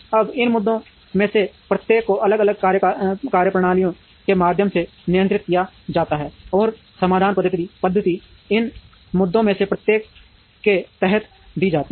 अब इन मुद्दों में से प्रत्येक को अलग अलग कार्यप्रणालियों के माध्यम से नियंत्रित किया जाता है और ये समाधान पद्धति इन मुद्दों में से प्रत्येक के तहत दी गई हैं